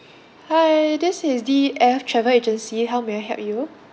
hi this is D E F travel agency how may I help you